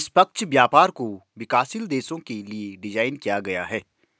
निष्पक्ष व्यापार को विकासशील देशों के लिये डिजाइन किया गया है